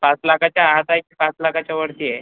पाच लाखाच्या आत आहे की पाच लाखाच्या वरती आहे